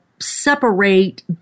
separate